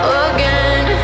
again